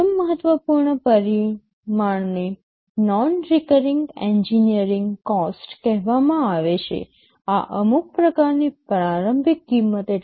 પ્રથમ મહત્વપૂર્ણ પરિમાણને નોન રિકરિંગ એન્જિનિયરિંગ કોસ્ટ કહેવામાં આવે છે આ અમુક પ્રકારની પ્રારંભિક કિંમત છે